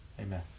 Amen